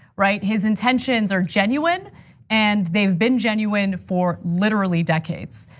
right? his intentions are genuine and they've been genuine for literally decades.